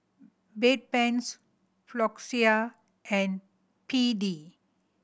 Bedpans Floxia and P D